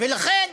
ולכן